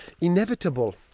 inevitable